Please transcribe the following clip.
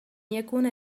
يكون